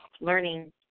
learning